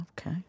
Okay